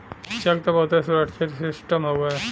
check त बहुते सुरक्षित सिस्टम हउए